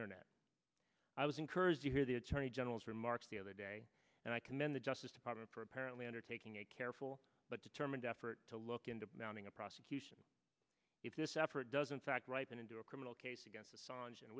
internet i was encouraged to hear the attorney general's remarks the other day and i commend the justice department for apparently undertaking a careful but determined effort to look into mounting a prosecution if this effort doesn't fact ripen into a criminal case against songe and